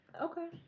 Okay